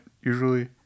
usually